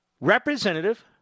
Representative